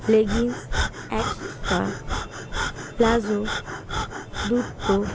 leggings একটা palazzo দুটো